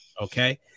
Okay